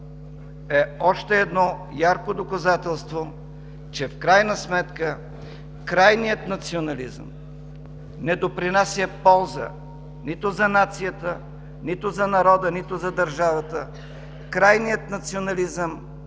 е още едно ярко доказателство, че в крайна сметка крайният национализъм не допринася полза нито за нацията, нито за народа, нито за държавата! Крайният национализъм